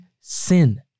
sin